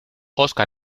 óscar